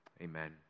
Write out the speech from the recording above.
Amen